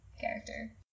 character